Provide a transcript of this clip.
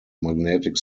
magnetic